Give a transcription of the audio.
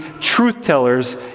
truth-tellers